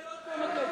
אז אולי תחסל